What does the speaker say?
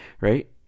Right